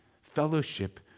Fellowship